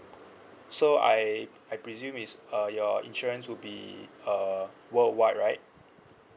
so I I presume is uh your insurance would be uh world wide right